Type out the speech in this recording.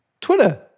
Twitter